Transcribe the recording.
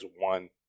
one